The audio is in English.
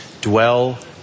dwell